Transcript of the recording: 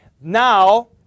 now